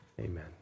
amen